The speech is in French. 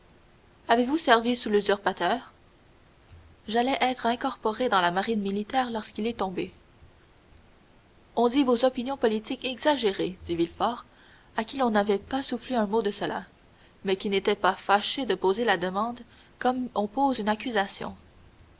avez-vous servi sous l'usurpateur j'allais être incorporé dans la marine militaire lorsqu'il est tombé on dit vos opinions politiques exagérées dit villefort à qui l'on n'avait pas soufflé un mot de cela mais qui n'était pas fâché de poser la demande comme on pose une accusation